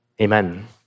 Amen